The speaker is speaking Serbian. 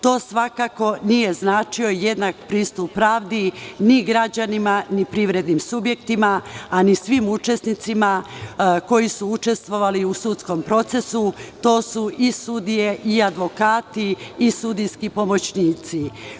To svakako nije značio jednak pristup pravdi, ni građanima, ni privrednim subjektima, a ni svim učesnicima koji su učestvovali u sudskom procesu, a to su sudije, advokati, sudijski pomoćnici.